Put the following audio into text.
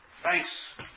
Thanks